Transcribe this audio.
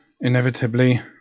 inevitably